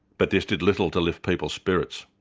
but this did little to lift people's spirits.